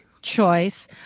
Choice